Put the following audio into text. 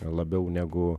labiau negu